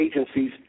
agencies